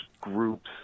groups